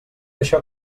això